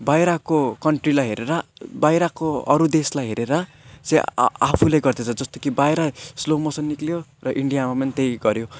बाहिरको कन्ट्रीलाई हेरेर बाहिरको अरू देशलाई हेरेर आ आफूले गर्दैछ जस्तो कि बाहिर स्लो मोसन निक्लियो र इन्डियामा पनि त्यही गर्यो